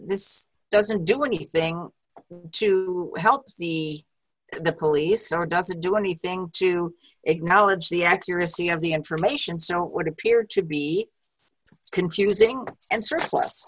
this doesn't do anything to help the the police or doesn't do anything to acknowledge the accuracy of the information so it would appear to be confusing and surplus